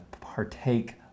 partake